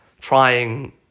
trying